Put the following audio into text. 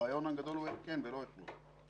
הרעיון הגדול הוא איך כן ולא איך לא.